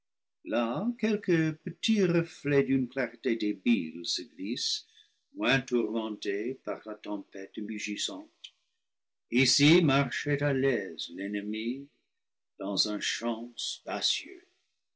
quelque petit reflet d'une clarté débile se glisse moins tourmenté par la tempête mugissante ici marchait à l'aise l'ennemi dans un champ spacieux